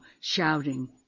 shouting